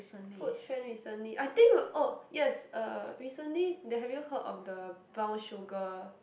food trend recently I think oh yes uh recently there have you heard of the brown sugar